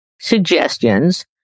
suggestions